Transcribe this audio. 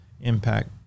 impact